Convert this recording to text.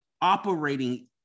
operating